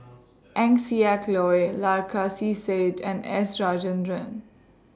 Eng Siak Loy Said and S Rajendran